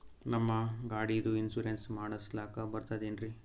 ನಮ್ಮ ಗಾಡಿದು ಇನ್ಸೂರೆನ್ಸ್ ಮಾಡಸ್ಲಾಕ ಬರ್ತದೇನ್ರಿ?